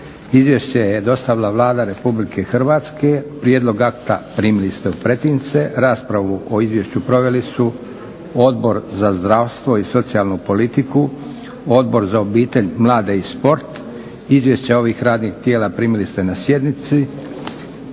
Izvješće je dostavila Vlada Republike Hrvatske. Prijedlog akta primili ste u pretince. Raspravu o izvješću proveli su Odbor za zdravstvo i socijalnu politiku, Odbor za obitelj, mlade i sport. Izvješća ovih radnih tijela primili ste na sjednici.